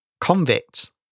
Convicts